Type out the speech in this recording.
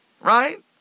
Right